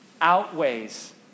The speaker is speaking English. outweighs